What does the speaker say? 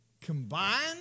combined